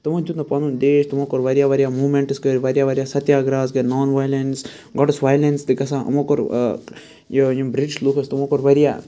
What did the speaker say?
تِمَن دیُت نہٕ پَنُن دیش تِمو کوٚر واریاہ واریاہ موٗمٮ۪نٹٕس کٔرۍ واریاہ واریاہ ستیاگراز کٔرۍ نان وایلنٕس گۄڈٕ ٲس وایلٮ۪نس تہِ گژھان یِمو کوٚر یِم بِرٹِش لوٗکھ ٲسۍ تِمو کوٚر واریاہ